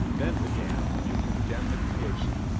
then, madame, you condemn the creation.